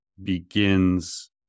begins